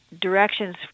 Directions